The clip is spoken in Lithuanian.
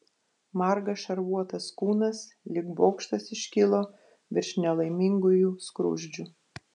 margas šarvuotas kūnas lyg bokštas iškilo virš nelaimingųjų skruzdžių